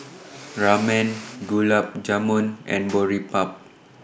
Ramen Gulab Jamun and Boribap